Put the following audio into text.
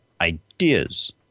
ideas